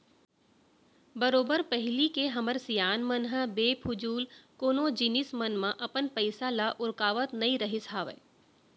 बरोबर पहिली के हमर सियान मन ह बेफिजूल कोनो जिनिस मन म अपन पइसा ल उरकावत नइ रहिस हावय